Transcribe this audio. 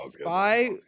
Spy